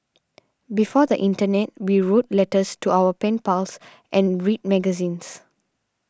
before the internet we wrote letters to our pen pals and read magazines